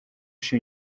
się